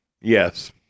Yes